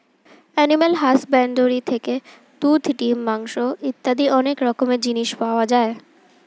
animal husbandry থেকে দুধ, ডিম, মাংস ইত্যাদি অনেক রকমের জিনিস পাওয়া যায়